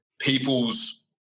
people's